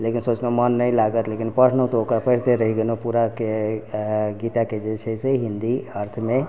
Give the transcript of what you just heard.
लेकिन सोचलहुॅं मोन नहि लागत लेकिन पढ़लहुॅं तऽ ओकरा पढ़िते रहि गेलहुॅं पूरा के गीता के जे छै से हिंदी अर्थ मे